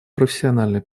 профессиональной